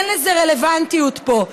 אין לזה רלוונטיות פה.